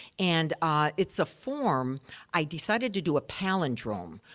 and ah it's a form i decided to do a palindrome,